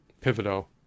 pivotal